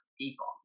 people